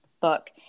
book